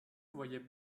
voyait